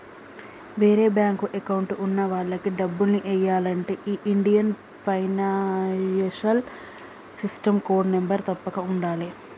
వేరే bank account ఉన్న వాళ్లకి డబ్బుల్ని ఎయ్యాలంటే ఈ Indian financial system code number తప్పక ఉండాలే